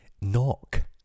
knock